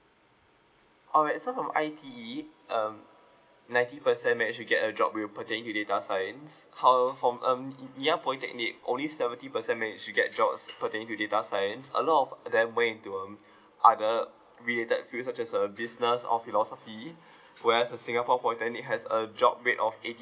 alright so from I_T_E um ninety percent managed to get a job with pertaining to data science however from um ngee ngee ann polytechnic only seventy percent managed to get a job pertaining to data science a lot of them went into um other related field such as uh business or philosophy whereas uh singapore polytechnic has a job rate of eighty